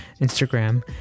Instagram